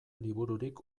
libururik